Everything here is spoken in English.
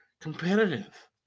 competitive